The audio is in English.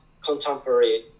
contemporary